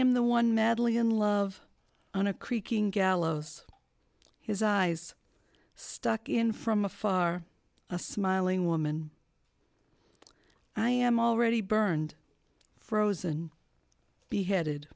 am the one madly in love on a creaking gallows his eyes stuck in from afar a smiling woman i am already burned frozen beheaded